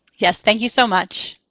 yes, thank you so much.